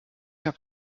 habe